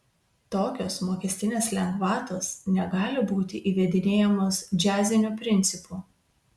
tokios mokestinės lengvatos negali būti įvedinėjamos džiaziniu principu